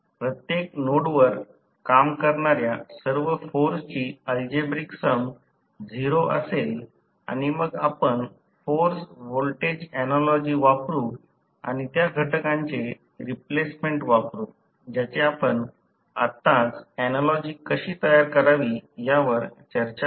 प्रत्येक नोडवर काम करणार्या सर्व फोर्सची अल्जेब्रिक सम 0 असेल आणि मग आपण फोर्स व्होल्टेज ऍनालॉजी वापरू आणि त्या घटकांचे रिप्लेसमेंट वापरू ज्याचे आपण आत्ताच ऍनालॉजी कशी तयार करावी यावर चर्चा केली आहे